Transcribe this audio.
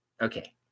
Okay